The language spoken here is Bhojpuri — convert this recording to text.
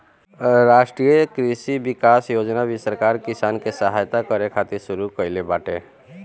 राष्ट्रीय कृषि विकास योजना भी सरकार किसान के सहायता करे खातिर शुरू कईले बाटे